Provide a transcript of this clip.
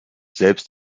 selbst